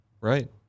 Right